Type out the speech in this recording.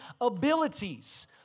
abilities